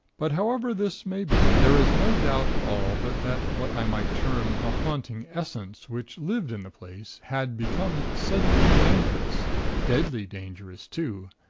but however this may be, there is no doubt at all but that what i might term the haunting essence which lived in the place, had become suddenly dangerous deadly dangerous too,